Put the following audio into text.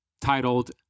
titled